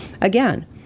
Again